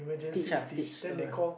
stitch uh stitch uh